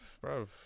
Bro